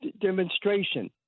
demonstration